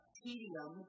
tedium